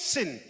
Sin